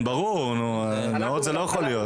ברור, זה לא יכול להיות.